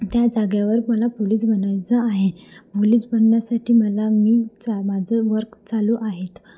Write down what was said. त्या जागेवर मला पोलीस बनायचं आहे पोलीस बनण्यासाठी मला मी चा माझं वर्क चालू आहेत